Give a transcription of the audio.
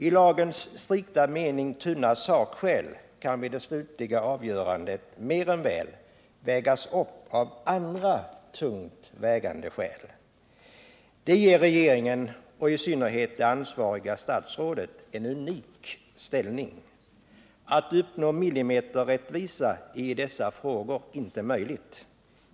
I lagens strikta mening tunna sakskäl kan vid det slutliga avgörandet mer än väl vägas upp av andra tungt vägande skäl. Det ger regeringen och i synnerhet det ansvariga statsrådet en unik ställning. Att uppnå millimeterrättvisa i dessa frågor är inte möjligt.